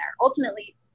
Ultimately